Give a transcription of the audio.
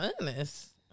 honest